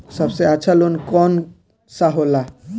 सबसे अच्छा लोन कौन सा होला?